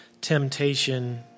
temptation